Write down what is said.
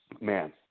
man